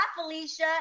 Felicia